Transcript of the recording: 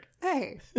Hey